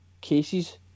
cases